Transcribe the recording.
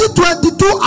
2022